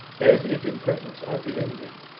as if in presence of the enemy,